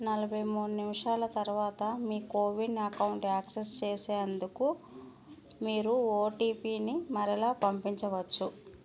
నలబై మూడు నిమిషాల తరవాత మీ కోవిన్ అకౌంటు యాక్సెస్ చేసేందుకు మీరు ఓటీపిని మరలా పంపించవచ్చు